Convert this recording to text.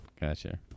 Gotcha